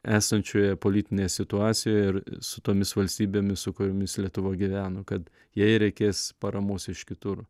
esančioje politinėj situacijoj ir su tomis valstybėmis su kuriomis lietuva gyveno kad jai reikės paramos iš kitur